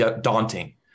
Daunting